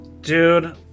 dude